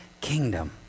kingdom